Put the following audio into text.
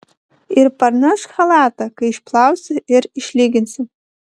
ir parnešk chalatą kai išplausi ir išlyginsi